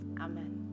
amen